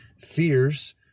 fears